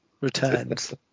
returns